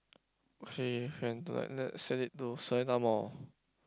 okay and to like let's set it to Seletar-Mall